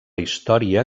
història